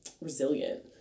resilient